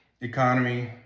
economy